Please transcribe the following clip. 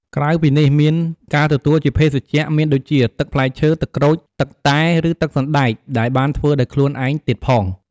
ក្រៅពីនេះ មានការទទួលជា ភេសជ្ជៈ មានដូចជា ទឹកផ្លែឈើ ទឹកក្រូច ទឹកតែ ឬទឹកសណ្ដែក ដែលបានធ្វើដោយខ្លូនឯងទៀតផង។